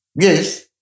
Yes